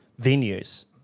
venues